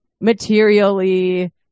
materially